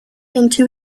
into